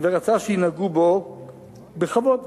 ורצה שינהגו בו בכבוד.